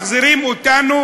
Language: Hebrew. מחזירים אותנו